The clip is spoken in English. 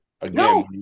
again